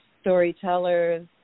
storytellers